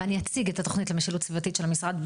ואני אציג את התוכנית למשילות סביבתית של המשרד,